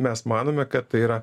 mes manome kad tai yra